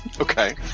Okay